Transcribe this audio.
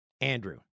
Andrew